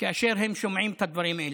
כאשר הם שומעים את הדברים האלה.